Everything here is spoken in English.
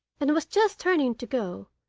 and was just turning to go,